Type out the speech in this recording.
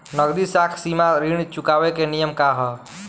नगदी साख सीमा ऋण चुकावे के नियम का ह?